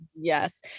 Yes